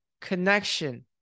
connection